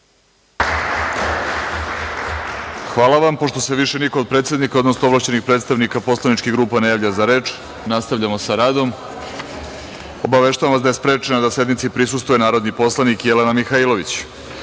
Hvala vam. Pošto se više niko od predsednika, odnosno ovlašćenih predstavnika poslaničkih grupa ne javlja za reč, nastavljamo sa radom. Obaveštavam vas da je sprečena da sednici prisustvuje narodni poslanik Jelena Mihailović. Prelazimo